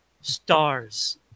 stars